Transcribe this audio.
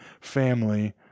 family